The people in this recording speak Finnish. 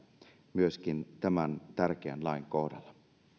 myöskin tämän tärkeän lain kohdalla